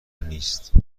نیست